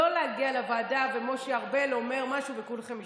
לא להגיע לוועדה ומשה ארבל אומר משהו וכולכם משתתפים.